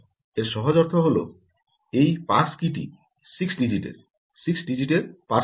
এর সহজ অর্থ হল এই পাস কীটি 6 ডিজিটের 6 ডিজিটের পাসওয়ার্ড